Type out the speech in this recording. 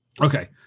Okay